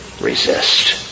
resist